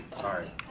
Sorry